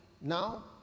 Now